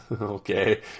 Okay